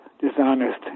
dishonest